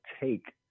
take